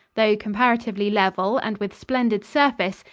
though comparatively level and with splendid surface,